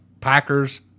Packers